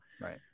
right